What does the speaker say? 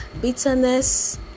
Bitterness